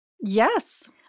Yes